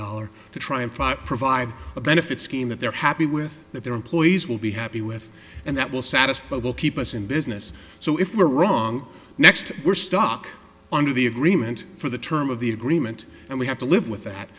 dollar to triumph i provide a benefit scheme that they're happy with that their employees will be happy with and that will satisfy will keep us in business so if we're wrong next we're stuck under the agreement for the term of the agreement and we have to live with that